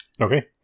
Okay